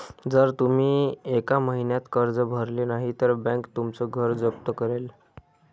जर तुम्ही एका महिन्यात कर्ज भरले नाही तर बँक तुमचं घर जप्त करेल